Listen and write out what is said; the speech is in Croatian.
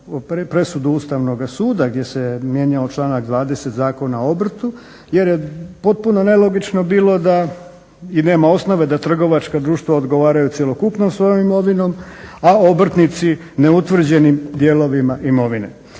presudu Ustavnoga suda gdje se mijenjao članak 20. Zakona o obrtu. Jer je potpuno nelogično bilo i nema osnove da trgovačka društva odgovaraju cjelokupnom svojom imovinom a obrtnici neutvrđenim dijelovima imovine.